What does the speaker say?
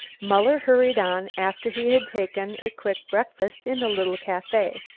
muller hurried on, after he had taken a quick breakfast in a little cafe.